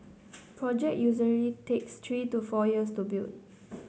project usually takes three to four years to build